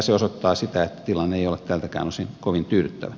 se osoittaa sitä että tilanne ei ole tältäkään osin kovin tyydyttävä